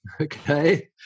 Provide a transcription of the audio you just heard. Okay